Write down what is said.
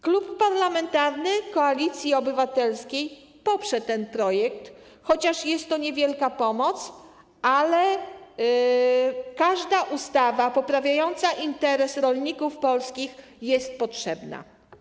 Klub Parlamentarny Koalicja Obywatelska poprze ten projekt, chociaż jest to niewielka pomoc, ale każda ustawa poprawiająca interes polskich rolników jest potrzebna.